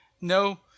No